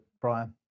Brian